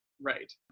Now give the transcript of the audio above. Right